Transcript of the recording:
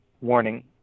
warning